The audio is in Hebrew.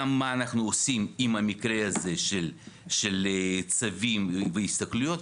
גם מה אנחנו עושים עם המקרה הזה של צווים והסתכלויות,